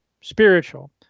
spiritual